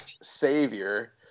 Savior